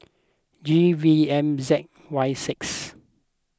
G V M Z Y six